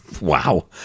Wow